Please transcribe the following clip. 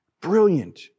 Brilliant